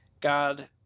God